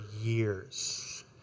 years